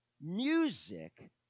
Music